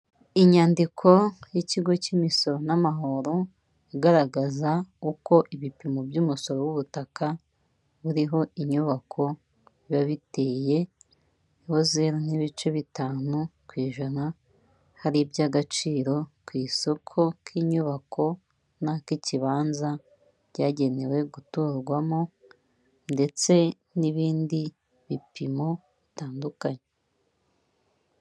Iyandiko y'ikigo cyimisoro n'amahoro igaragaza uko ibipimo by'umusoro w'ubutaka buriho inyubako biba biteye ihoze nibice bitanu ijana hari iby'agaciro ku isoko ku nyubako nk' ikibanza byagenewe gutorwamo ndetse n ibindi bipimo bitandukanye